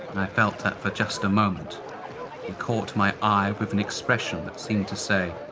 i felt that for just a moment, he caught my eye with an expression that seemed to say,